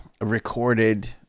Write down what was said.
recorded